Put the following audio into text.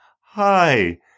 Hi